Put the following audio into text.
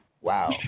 Wow